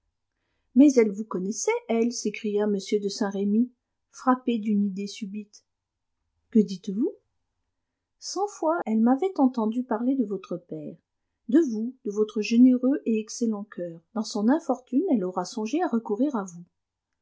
mais elle vous connaissait elle s'écria m de saint-remy frappé d'une idée subite que dites-vous cent fois elle m'avait entendu parler de votre père de vous de votre généreux et excellent coeur dans son infortune elle aura songé à recourir à vous